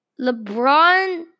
LeBron